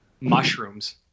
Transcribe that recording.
Mushrooms